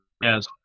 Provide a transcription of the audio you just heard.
yes